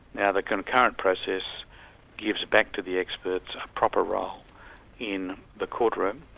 now the concurrent process gives back to the experts a proper role in the court room.